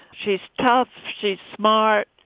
she's tough, she's smart,